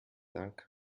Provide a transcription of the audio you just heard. dank